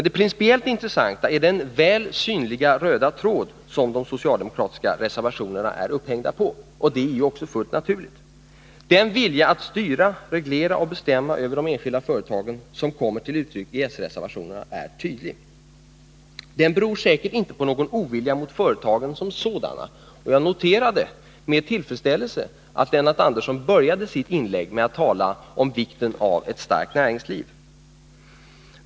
Det principiellt intressanta är den väl synliga röda tråd som de socialdemokratiska reservationerna är upphängda på. Det är också fullt naturligt. Det är en tydlig vilja att styra, reglera och bestämma över de enskilda företagen som kommer till uttryck i s-reservationerna. Den beror säkert inte på någon ovilja mot företagen som sådana. Jag noterade med tillfredsställelse att Lennart Andersson började sitt inlägg med att tala om vikten av ett starkt näringsliv.